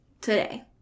today